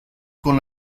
con